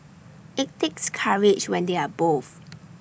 IT takes courage when they are both